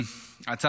על סדר-היום,